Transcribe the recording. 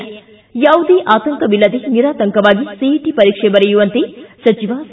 ಯಾ ಯಾವುದೇ ಆತಂಕವಿಲ್ಲದೆ ನಿರಾತಂಕವಾಗಿ ಸಿಇಟಿ ಪರೀಕ್ಷೆ ಬರೆಯುವಂತೆ ಸಚಿವ ಸಿ